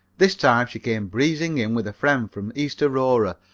this time she came breezing in with a friend from east aurora,